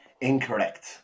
Incorrect